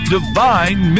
Divine